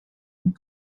and